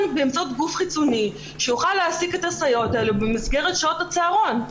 באמצעות גוף חיצוני שיוכל להעסיק את הסייעות האלה במסגרת שעות הצהרון.